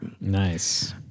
Nice